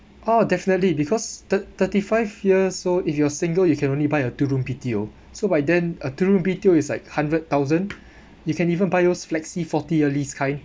oh definitely because thir~ thirty five year so if you're single you can only buy a two room B_T_O so by then a two room B_T_O is like hundred thousand you can even buy yours flexi forty yearlys kind